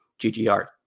GGR